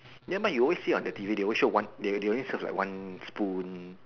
ya you always show on the T_V they always show they always serve like one spoon